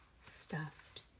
stuffed